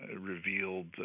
revealed